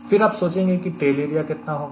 फिर आप सोचेंगे कि टेल एरिया कितना होगा